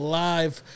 live